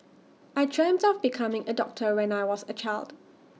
I dreamt of becoming A doctor when I was A child